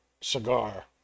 cigar